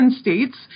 states